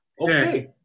okay